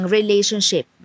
relationship